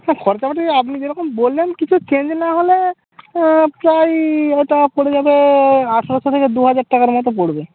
হ্যাঁ খরচাপাতি আপনি যে রকম বললেন কিছু চেঞ্জ না হলে প্রায়ই ওটা পড়ে যাবে আঠেরোশো থেকে দু হাজার টাকার মতো পড়বে